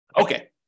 Okay